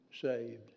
saved